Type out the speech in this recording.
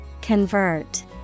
Convert